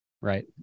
right